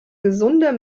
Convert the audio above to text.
gesunder